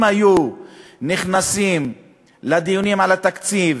אם היו נכנסים לדיונים על התקציב